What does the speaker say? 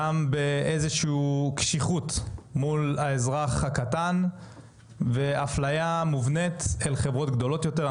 גם באיזושהי קשיחות מול האזרח הקטן ואפליה מובנית אל חברות גדולות יותר.